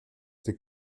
dir